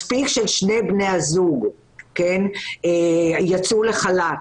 מספיק ששני בני הזוג יצאו לחל"ת